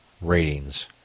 ratings